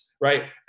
right